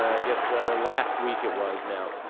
i guess ah. last week it was now